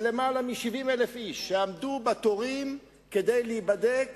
של למעלה מ-70,000 איש שעמדו בתורים כדי להיבדק